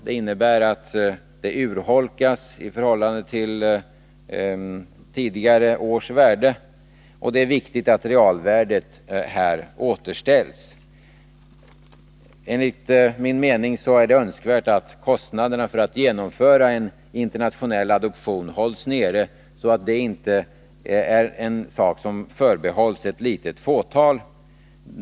Det innebär att det urholkas i förhållande till tidigare års värde, och det är viktigt att realvärdet här återställs. Enligt min mening är det önskvärt att kostnaderna för att genomföra en internationell adoption hålls nere, så att inte sådana adoptioner bara förbehålls ett litet fåtal.